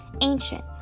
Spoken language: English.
ancient